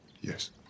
Yes